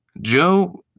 joe